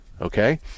Okay